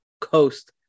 Coast